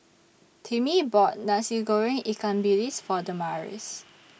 Timmie bought Nasi Goreng Ikan Bilis For Damaris